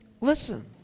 Listen